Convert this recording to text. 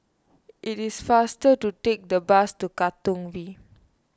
it is faster to take the bus to Katong V